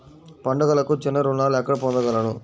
పండుగలకు చిన్న రుణాలు ఎక్కడ పొందగలను?